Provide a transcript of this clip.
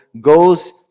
goes